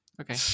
Okay